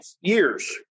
years